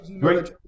great